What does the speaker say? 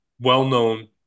well-known